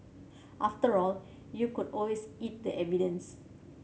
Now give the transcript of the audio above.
after all you could always eat the evidence